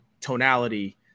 tonality